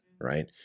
right